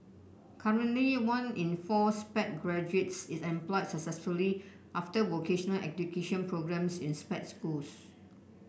currently one in four Sped graduates is employed successfully after vocational education programmes in Sped schools